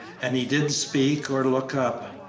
and he didn't speak or look up.